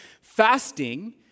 Fasting